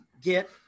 get